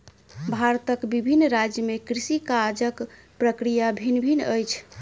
भारतक विभिन्न राज्य में कृषि काजक प्रक्रिया भिन्न भिन्न अछि